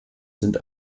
sind